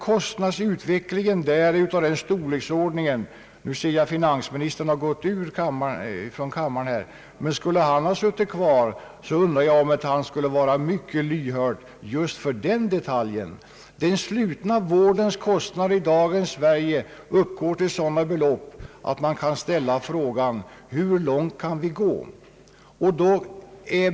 Kostnadsutvecklingen där är av sådan storleksordning att den bör uppmärksammas — jag ser att finansministern nu har gått ut ur kammaren, men han skulle nog varit mycket lyhörd just för den detaljen. Den slutna vårdens kostnader i dagens Sverige uppgår till sådana belopp, att man kan ställa frågan: Hur långt kan vi gå?